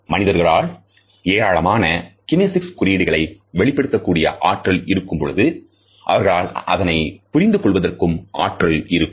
மனிதர்களால் ஏராளமான கினேசிக்ஸ் குறியீடுகளை வெளிப்படுத்தக்கூடிய ஆற்றல் இருக்கும் பொழுது அவர்களால் அதனை புரிந்துகொள்வதற்கும் ஆற்றல்கள் இருக்கும்